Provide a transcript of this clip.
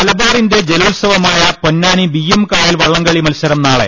മലബാറിന്റെ ജലോത്സവമായ പൊന്നാനി ബിയ്യം കായൽ വള്ളംകളി മത്സരം നാളെ